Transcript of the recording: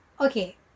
Okay